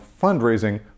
fundraising